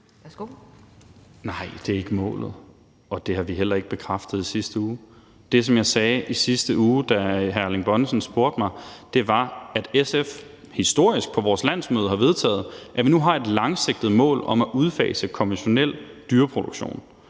Nej, det er ikke målet, og det har vi heller ikke bekræftet i sidste uge. Det, som jeg sagde i sidste uge, da hr. Erling Bonnesen spurgte mig, var, at SF historisk på vores landsmøde har vedtaget, at vi nu har et langsigtet mål om at udfase konventionel dyreproduktion.